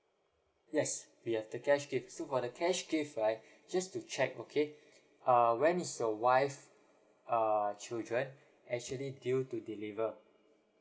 yes we have the cash gifts so for the cash gift right just to check okay uh when is your wife uh children actually due to deliver